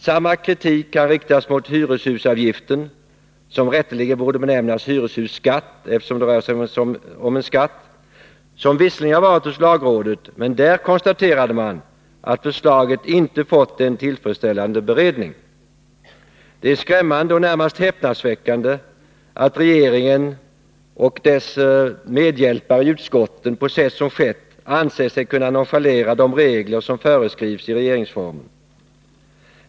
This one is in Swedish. Samma kritik kan riktas mot hyreshusavgiften, som rätteligen borde benämnas hyreshusskatt, eftersom det rör sig om en skatt. Det lagförslaget har visserligen varit hos lagrådet, 141 men där konstaterade man att förslaget inte fått en tillfredsställande beredning. Det är skrämmande och närmast häpnadsväckande att regeringen och dess medhjälpare i utskotten på sätt som skett ansett sig kunna nonchalera de regler som föreskrivs i regeringsformen.